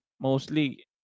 mostly